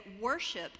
worship